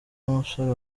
umusore